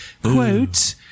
Quote